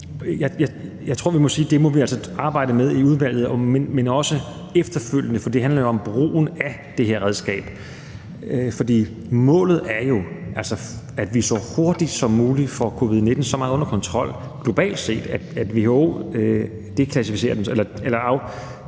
Jeg tror, vi må sige, at det må vi altså arbejde med i udvalget, men også efterfølgende, for det handler jo om brugen af det her redskab. Målet er jo, at vi så hurtigt som muligt får covid-19 så meget under kontrol globalt set, at WHO går ned i niveau, så det ikke